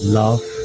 love